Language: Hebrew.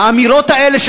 האמירות האלה,